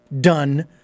done